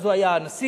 אז הוא היה נשיא,